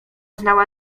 znała